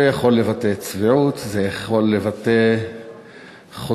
זה יכול לבטא צביעות, זה יכול לבטא חוצפה.